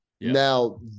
Now